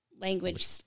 language